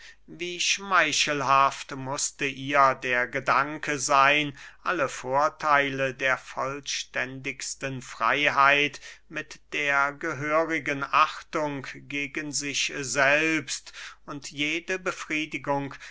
wie schmeichelhaft mußte ihr der gedanke seyn alle vortheile der vollständigsten freyheit mit der gehörigen achtung gegen sich selbst und jede befriedigung